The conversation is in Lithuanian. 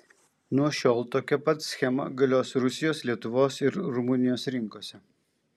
nuo šiol tokia pat schema galios rusijos lietuvos ir rumunijos rinkose